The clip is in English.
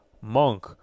Monk